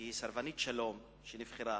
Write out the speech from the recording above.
שהיא סרבנית שלום שנבחרה,